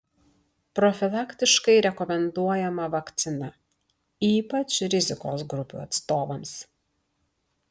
profilaktiškai rekomenduojama vakcina ypač rizikos grupių atstovams